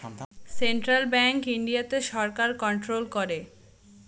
central bank ইন্ডিয়াতে সরকার control করে